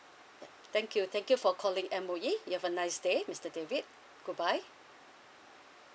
yeah thank you thank you for calling M_O_E you have a nice day mister david good bye